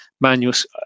manuals